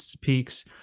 peaks